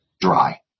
dry